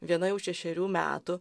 viena jau šešerių metų